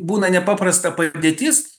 būna nepaprasta padėtis